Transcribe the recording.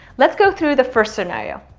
let's go through the first scenario.